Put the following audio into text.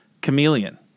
Chameleon